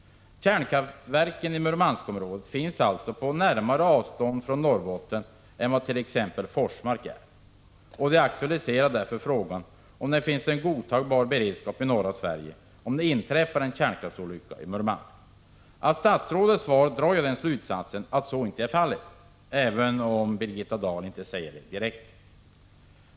Kärnkraftverken i Murmanskområdet ligger alltså närmare Norrbotten än vad t.ex. Forsmark gör. Det aktualiserar därför frågan om det i händelse av en kärnkraftsolycka i Murmansk finns en godtagbar beredskap i norra Sverige. Av statsrådets svar drar jag slutsatsen att så inte är fallet — även om Birgitta Dahl inte säger det direkt.